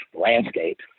landscape